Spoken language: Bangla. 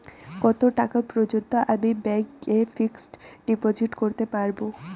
কত টাকা পর্যন্ত আমি ব্যাংক এ ফিক্সড ডিপোজিট করতে পারবো?